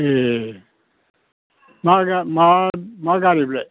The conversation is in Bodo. ए मा गारि बेलाय